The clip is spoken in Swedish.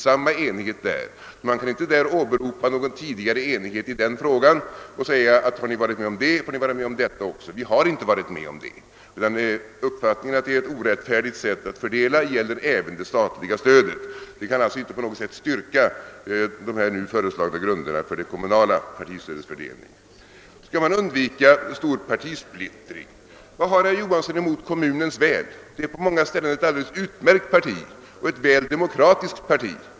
Det går alltså inte att åberopa någon tidigare enighet i denna fråga och säga, att har ni varit med om det så får ni vara med om detta också. Vi har inte varit med om det, utan uppfattningen att det är ett orättfärdigt sätt att fördela pengarna gäller även det statliga stödet. Detta kan alltså inte på något sätt styrka de nu föreslagna grunderna för ett kommunalt partistöd. Skall man då undvika alltför stor partisplittring? Vad har herr Johansson emot »Kommunens väl»? Det är på många ställen ett alldeles utmärkt demokratiskt parti.